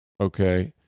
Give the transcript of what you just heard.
okay